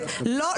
ולא,